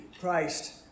Christ